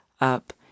up